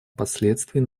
последствий